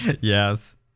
Yes